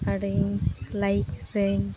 ᱟᱨᱤᱧ ᱞᱟᱭᱤᱠ